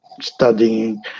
studying